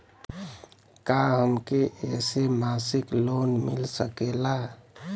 का हमके ऐसे मासिक लोन मिल सकेला?